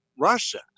Russia